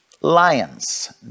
lions